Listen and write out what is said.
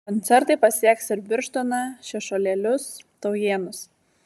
koncertai pasieks ir birštoną šešuolėlius taujėnus